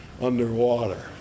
underwater